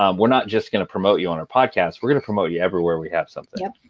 um we're not just going to promote you on our podcast, we're going to promote you everywhere we have something.